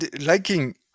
liking